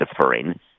deferring